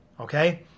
okay